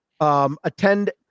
Attend